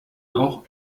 auch